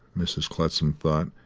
mrs. clutsam thought,